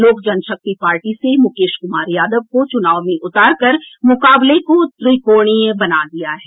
लोक जनशक्ति पार्टी से मुकेश कुमार यादव को चुनाव में उतारकर मुकाबले को त्रिकोणीय बना दिया है